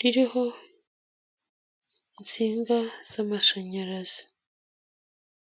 ririho insinga z'amashanyarazi